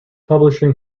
publishing